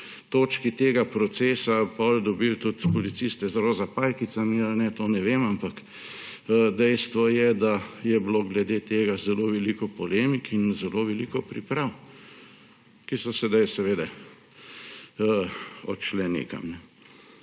točki tega procesa potem dobili tudi policiste z roza pajkicami ali ne, tega ne vem, ampak dejstvo je, da je bilo glede tega zelo veliko polemik in zelo veliko priprav, ki so sedaj odšle nekam.